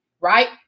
right